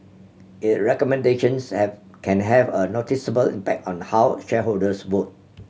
it recommendations have can have a noticeable impact on how shareholders vote